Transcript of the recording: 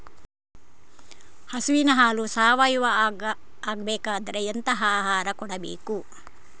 ಹಸುವಿನ ಹಾಲು ಸಾವಯಾವ ಆಗ್ಬೇಕಾದ್ರೆ ಎಂತ ಆಹಾರ ಕೊಡಬೇಕು?